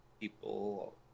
People